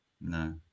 No